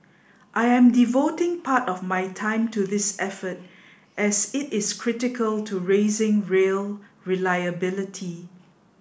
I am devoting part of my time to this effort as it is critical to raising rail reliability